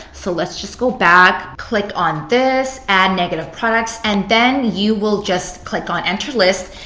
so let's just go back, click on this, add negative products. and then, you will just click on enter list.